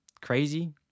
Crazy